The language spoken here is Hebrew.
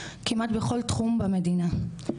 כמעט בכל תחום במדינה.